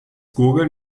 gurgeln